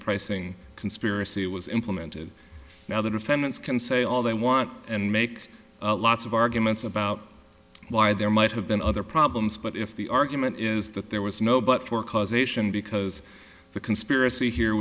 pricing conspiracy was implemented now the defendants can say all they want and make lots of arguments about why there might have been other problems but if the argument is that there was no but for causation because the conspiracy here